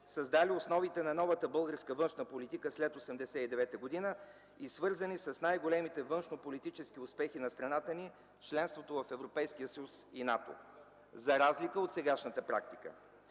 създали основите на новата българска външна политика след 1989 г. и свързани с най-големите външнополитически успехи на страната ни – членството в Европейския съюз и НАТО – за разлика от сегашната практика.